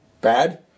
Bad